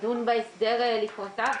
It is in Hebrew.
תדון בהסדר לפרטיו.